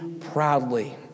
proudly